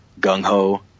Gung-Ho